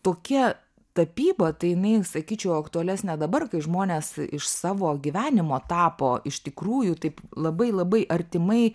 tokia tapyba tai jinai sakyčiau aktualesnė dabar kai žmonės iš savo gyvenimo tapo iš tikrųjų taip labai labai artimai